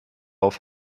auf